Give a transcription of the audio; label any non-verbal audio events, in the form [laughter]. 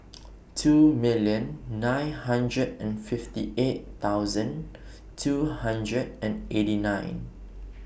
[noise] two million nine hundred and fifty eight thousand two hundred and eighty nine [noise]